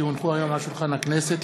כי הונחו היום על שולחן הכנסת,